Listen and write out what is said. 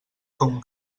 com